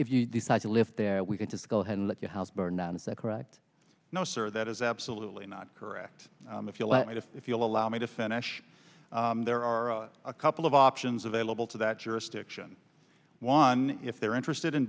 if you decide to live there we can just go ahead and let your house burn down is that correct no sir that is absolutely not correct if you will if you'll allow me to finish there are a couple of options available to that jurisdiction one if they're interested in